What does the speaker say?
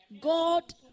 God